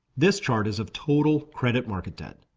this chart is of total credit market debt.